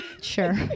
Sure